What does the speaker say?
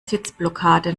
sitzblockade